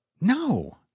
No